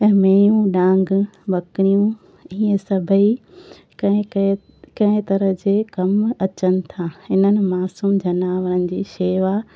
मेयूं नांग ॿकिरियूं इहे सभेई कंहिं कंहिं कंहिं तरह जे कम अचनि था हिननि मासूम जनावरनि जी शेवा